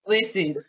Listen